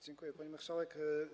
Dziękuję, pani marszałek.